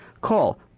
Call